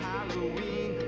Halloween